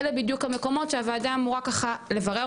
אלה בדיוק המקומות שהוועדה אמורה ככה לברר